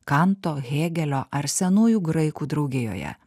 kanto hegelio ar senųjų graikų draugijoje